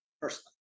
personally